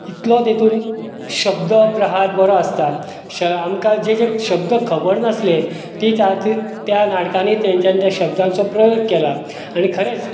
इतलो तेतून शब्द प्रहार बरो आसता श आमकां जे जे शब्द खबर नासले तीच आज ज त्या नाटनी त्यांचानी त्या शब्दाचो प्रयोग केला आनी खरेंच